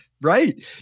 Right